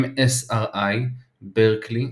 MSRI ברקלי,